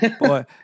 boy